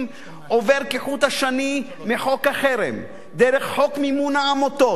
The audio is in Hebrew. עובר כחוט השני מחוק החרם דרך חוק מימון העמותות,